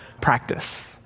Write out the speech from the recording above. practice